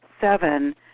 seven